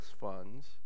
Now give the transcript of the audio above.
funds